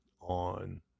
on